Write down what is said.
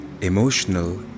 emotional